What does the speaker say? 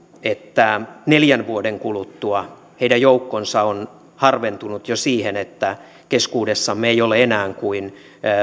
että neljän vuoden kuluttua heidän joukkonsa on harventunut jo niin että keskuudessamme ei ole enää kuin